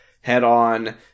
head-on